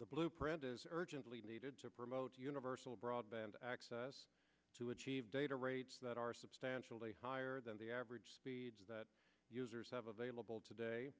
the blueprint is urgently needed to promote universal broadband access to achieve data rates that are substantially higher than the average speeds that users have available today